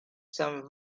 some